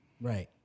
Right